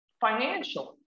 financially